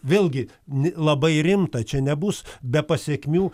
vėlgi labai rimta čia nebus be pasekmių